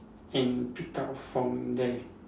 and pick up from there